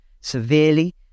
severely